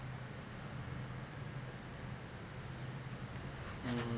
mm